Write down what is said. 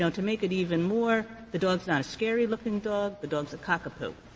to make it even more, the dog is not a scary-looking dog, the dog is a cockapoo.